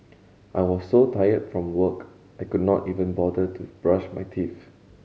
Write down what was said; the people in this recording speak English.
I was so tired from work I could not even bother to brush my teeth